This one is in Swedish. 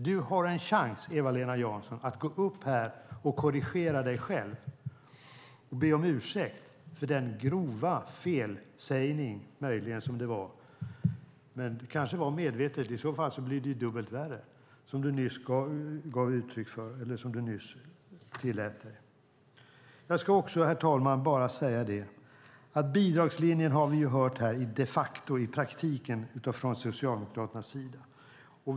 Du har en chans, Eva-Lena Jansson, att gå upp här och korrigera dig själv och be om ursäkt för den grova felsägning som det möjligen var. Men kanske var det medvetet. I så fall blir det som du nyss gav uttryck för och tillät dig att säga dubbelt värre. Fru talman! Vi har hört om bidragslinjen de facto och i praktiken från Socialdemokraternas sida.